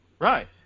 Right